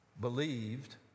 believed